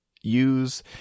use